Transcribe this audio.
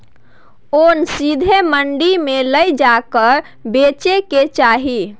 ओन सीधे मंडी मे लए जाए कय बेचे के चाही